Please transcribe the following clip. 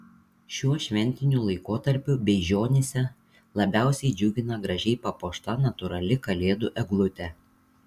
šiuo šventiniu laikotarpiu beižionyse labiausiai džiugina gražiai papuošta natūrali kalėdų eglutė